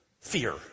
Fear